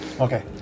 Okay